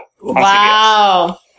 Wow